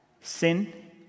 sin